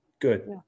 Good